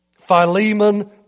Philemon